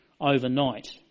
overnight